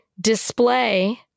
Display